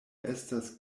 estas